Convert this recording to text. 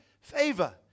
favor